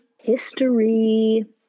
history